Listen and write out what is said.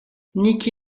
nikki